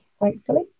thankfully